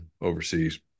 overseas